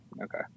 Okay